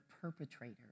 perpetrator